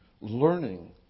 Learning